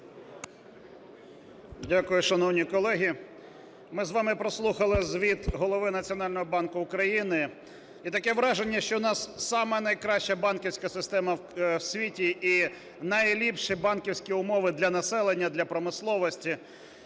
Дякую, шановні колеги. Ми з вами прослухали звіт голови Національного банку України. І таке враження, що у нас сама найкраща банківська система в світі і найліпші банківські умови для населення, для промисловості.